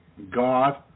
God